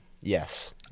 Yes